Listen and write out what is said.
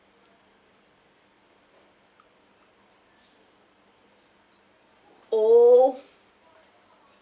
oh